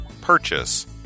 Purchase